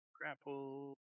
grapple